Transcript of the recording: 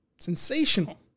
Sensational